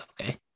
okay